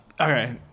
Okay